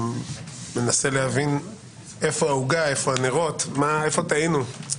ננסה להבין איפה העוגה, איפה הנרות, איפה טעינו.